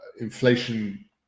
inflation